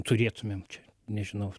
turėtumėm čia nežinau